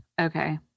okay